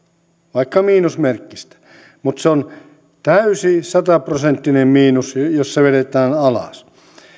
vaikka miinusmerkkistä mutta se on täysin sata prosenttinen miinus jos se vedetään alas